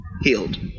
healed